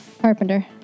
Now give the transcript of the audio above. Carpenter